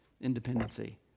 independency